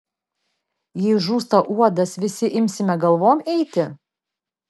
jei žūsta uodas visi imsime galvom eiti